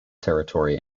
territory